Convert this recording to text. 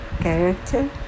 character